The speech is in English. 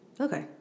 Okay